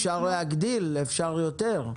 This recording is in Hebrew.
אפשר להגדיל, אפשר יותר.